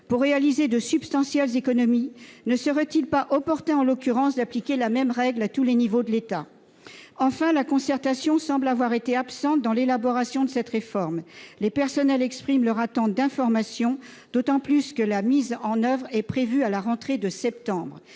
pour réaliser de substantielles économies, ne serait-il pas opportun, en l'occurrence, d'appliquer la même règle à tous les niveaux de l'État ? Enfin, la concertation semble avoir été absente de l'élaboration de cette réforme. Les personnels expriment leur attente d'informations, d'autant que la mise en oeuvre est prévue pour la rentrée de septembre.